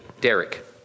Derek